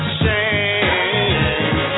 shame